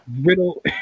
Riddle